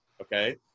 Okay